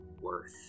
worth